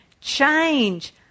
change